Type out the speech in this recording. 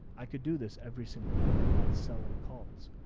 i could do this every single week by selling calls.